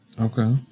Okay